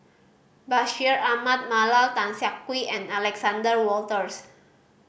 Bashir Ahmad Mallal Tan Siak Kew and Alexander Wolters